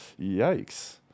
Yikes